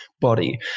body